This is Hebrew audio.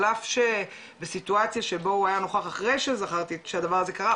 על אף בסיטואציה שבו הוא היה נוכח אחרי שזכרתי שהדבר הזה קרה,